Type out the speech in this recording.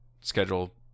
schedule